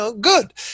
good